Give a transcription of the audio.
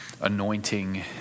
anointing